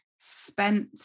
spent